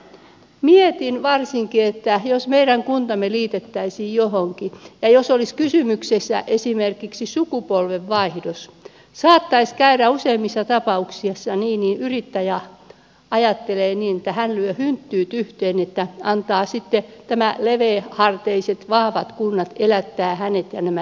mietin varsinkin sitä että jos meidän kuntamme liitettäisiin johonkin ja jos olisi kysymyksessä esimerkiksi sukupolvenvaihdos saattaisi käydä useimmissa tapauksissa niin että yrittäjä ajattelee niin että hän lyö hynttyyt yhteen että antaa sitten näiden leveäharteisten vahvojen kuntien elättää hänet ja nämä työntekijät